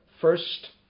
first